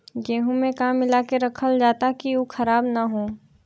गेहूँ में का मिलाके रखल जाता कि उ खराब न हो?